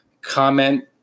Comment